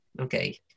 okay